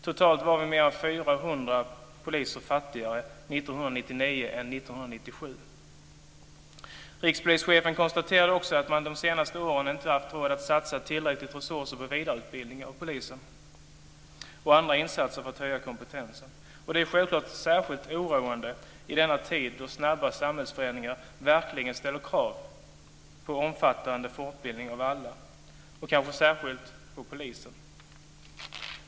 Totalt var vi mer än 400 Rikspolischefen konstaterar också att man under de senaste åren inte har haft råd att satsa tillräckligt med resurser på vidareutbildning av polisen och på andra insatser för att höja kompetensen. Självklart är det särskilt oroande i en tid då snabba samhällsförändringar verkligen ställer krav på en omfattande fortbildning av alla, kanske särskilt på polisen.